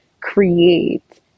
create